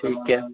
ठीक है